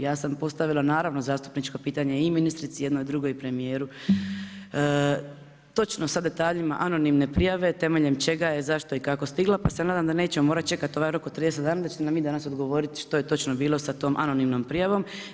Ja sam postavila naravno zastupnička pitanja i ministrici i jedna, drugo i premjeru, točno sa detaljima anonimne prijave, temeljem čega je zaštita i kako stigla, pa se nadam da nećemo morati čekati ovaj rok od 30 dana i da ćete mi vi danas odgovoriti što je točno bilo sa tom anonimnom prijavom.